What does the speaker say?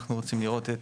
אנחנו רוצים לראות,